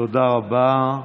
תודה רבה.